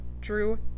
Drew